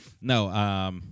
No